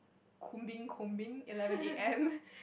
combing eleven A_M